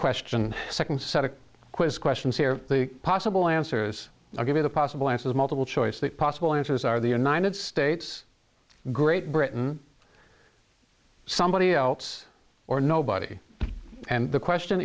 question a second set of quiz questions here the possible answers i'll give you the possible answers multiple choice the possible answers are the united states great britain somebody else or nobody and the question